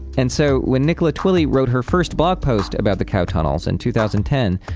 and so when nicola twilley wrote her first blog post about the cow tunnels in two thousand ten,